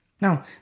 Now